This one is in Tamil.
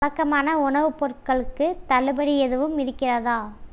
வழக்கமான உணவுப் பொருட்களுக்கு தள்ளுபடி எதுவும் இருக்கிறதா